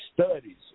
studies